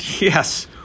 Yes